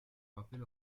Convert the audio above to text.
rappel